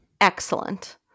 excellent